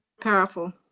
powerful